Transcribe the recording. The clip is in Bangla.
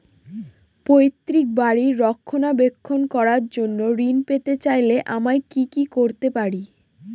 পৈত্রিক বাড়ির রক্ষণাবেক্ষণ করার জন্য ঋণ পেতে চাইলে আমায় কি কী করতে পারি?